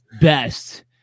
best